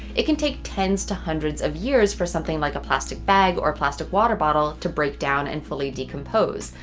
it can take tens to hundreds of years for something like a plastic bag or plastic water bottle to break down and fully decompose,